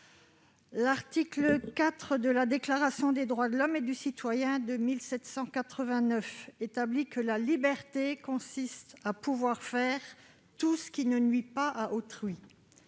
l'article IV de la Déclaration des droits de l'homme et du citoyen de 1789, « la liberté consiste à pouvoir faire tout ce qui ne nuit pas à autrui